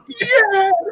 yes